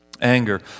anger